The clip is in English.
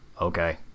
Okay